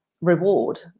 reward